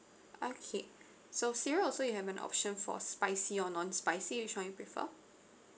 okay so cereal also you have an option for spicy or non spicy which one you prefer